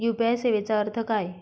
UPI सेवेचा अर्थ काय?